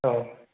औ